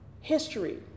history